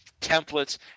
templates